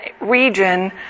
region